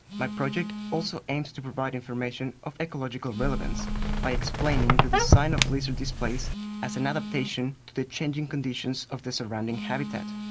my project also aims to provide information of ecological relevance by explaining the design of lizard displays as an adaptation to the changing conditions of the surrounding habitat.